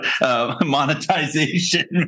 monetization